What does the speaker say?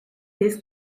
this